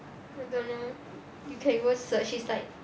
I don't know you can go search it's like